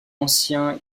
ancien